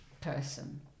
person